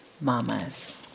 Mama's